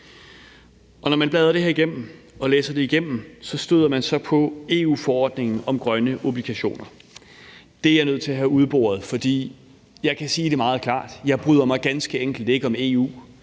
når man bladrer det her igennem og læser det igennem, så støder på EU-forordningen om grønne obligationer. Det er jeg nødt til at have udboret, for jeg kan sige det meget klart: Jeg bryder mig ganske enkelt ikke om EU,